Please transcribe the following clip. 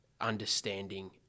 understanding